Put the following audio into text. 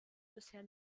bisher